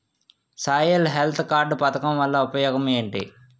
Soil health card పథకం వల్ల ఉపయోగం ఏంటి?